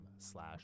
slash